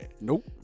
Nope